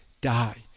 die